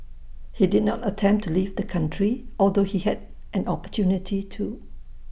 he did not attempt to leave the country although he had an opportunity to